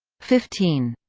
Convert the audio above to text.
fifteen.